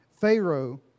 Pharaoh